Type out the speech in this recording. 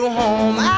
home